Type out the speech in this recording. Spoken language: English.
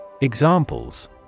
Examples